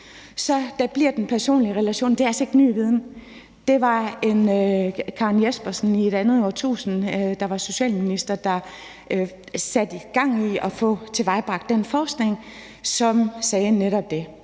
der være en personlig relation. Det er altså ikke ny viden. Det var Karen Jespersen i et andet årtusinde, der var socialminister, og som satte gang i at få tilvejebragt den forskning, som netop